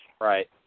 Right